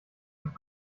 und